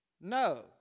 No